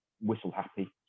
whistle-happy